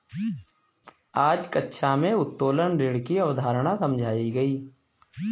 आज कक्षा में उत्तोलन ऋण की अवधारणा समझाई गई